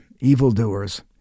evildoers